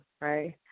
Right